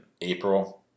April